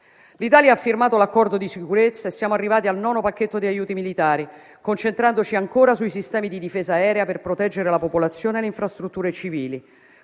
L'Italia ha firmato l'Accordo di sicurezza e siamo arrivati al nono pacchetto di aiuti militari, concentrandoci ancora sui sistemi di difesa aerea per proteggere la popolazione e le infrastrutture civili,